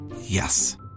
Yes